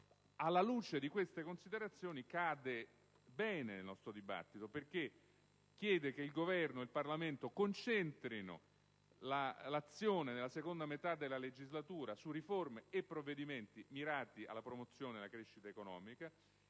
alla luce di queste considerazioni, si inserisce bene nel nostro dibattito, perché chiede che il Governo e il Parlamento concentrino l'azione nella seconda metà della legislatura su riforme e provvedimenti mirati alla promozione della crescita economica